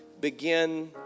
begin